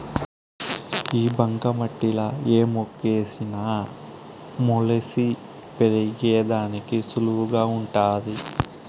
ఈ బంక మట్టిలా ఏ మొక్కేసిన మొలిసి పెరిగేదానికి సులువుగా వుంటాది